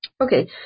Okay